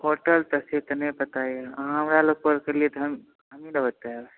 hotel तऽ से तऽ नहि पता यऽ हमरा लिए